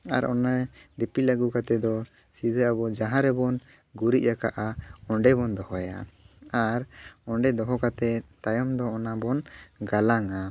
ᱟᱨ ᱚᱱᱮ ᱫᱤᱯᱤᱞ ᱟᱜᱩ ᱠᱟᱛᱮ ᱫᱚ ᱥᱤᱫᱟᱹ ᱟᱵᱚ ᱡᱟᱦᱟᱸ ᱨᱮᱵᱚᱱ ᱜᱩᱨᱤᱡ ᱟᱠᱟᱜᱼᱟ ᱚᱸᱰᱮ ᱵᱚᱱ ᱫᱚᱦᱚᱭᱟ ᱟᱨ ᱟᱸᱰᱮ ᱫᱚᱦᱚ ᱠᱟᱛᱮᱫ ᱛᱟᱭᱚᱢ ᱫᱚ ᱚᱱᱟ ᱵᱚᱱ ᱜᱟᱞᱟᱝᱟ